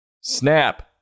Snap